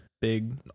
big